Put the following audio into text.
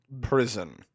prison